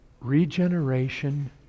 regeneration